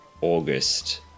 August